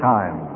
Time